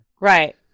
Right